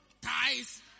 Ties